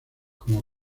como